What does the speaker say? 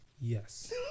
Yes